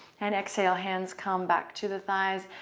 and exhale. hands come back to the thighs.